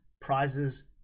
prizes